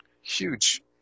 huge